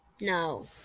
No